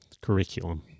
curriculum